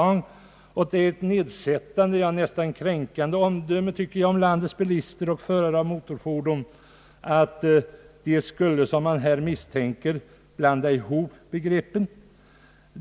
Jag tycker det är ett nedsättande, ja nästan kränkande omdöme om landets bilister och andra förare av motorfordon att de skulle — som man här misstänker — blanda ihop begreppen.